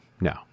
No